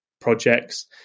projects